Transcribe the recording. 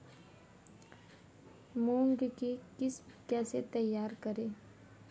मूंग की किस्म कैसे तैयार करें?